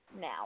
now